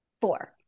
four